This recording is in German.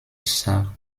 sach